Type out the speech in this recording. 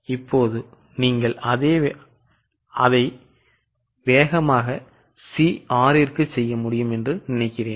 இப்போது நீங்கள் அதை வேகமாக C 6ற்கு செய்ய முடியும் என்று நினைக்கிறேன்